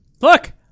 Look